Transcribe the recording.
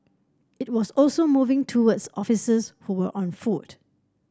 it was also moving towards officers who were on foot